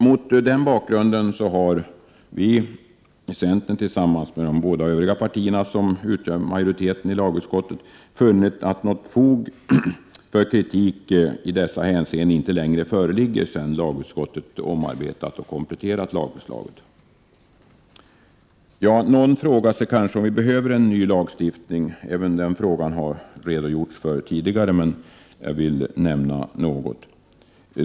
Mot denna bakgrund har vi i centern tillsammans med de båda övriga partier som bildar majoritet i lagutskottet funnit att fog för kritik i dessa hänseenden inte längre föreligger, eftersom lagutskottet har omarbetat och kompletterat lagförslaget. Någon frågar kanske om det behövs en ny lagstiftning. Även denna fråga har tagits upp tidigare i debatten. Jag vill ändå något kommentera den saken.